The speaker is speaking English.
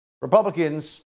Republicans